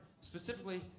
specifically